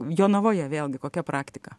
jonavoje vėlgi kokia praktika